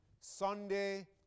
Sunday